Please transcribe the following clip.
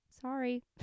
sorry